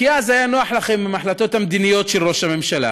כי אז היה נוח לכם עם ההחלטות המדיניות של ראש הממשלה,